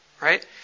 right